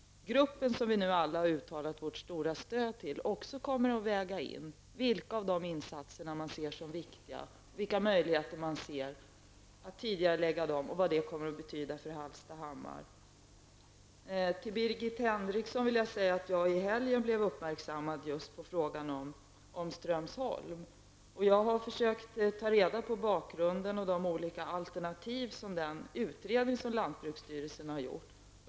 Jag vet att den grupp som vi nu alla har uttalat vårt stora stöd för också kommer att väga in vilka av dessa insatser man ser som viktiga, vilka möjligheter det finns att tidigarelägga dem och vad detta kommer att betyda för Hallstahammar. Till Birgit Henriksson vill jag säga att jag i helgen blev uppmärksammad på frågan om Strömsholm. Jag har försökt ta reda på bakgrunden och de olika alternativ som finns i den utredning som lantbruksstyrelsen har gjort.